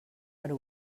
per